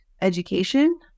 education